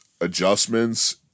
adjustments